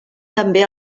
també